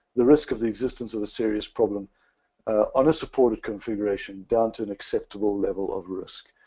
the risk of the existence of a serious problem on a supported configuration down to an acceptable level of risk.